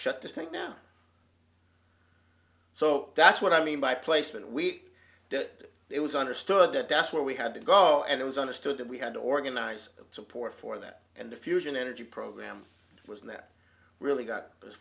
shut the thing now so that's what i mean by placement we did it was understood that that's where we had to go and it was understood that we had to organize support for that and the fusion energy program was and that really got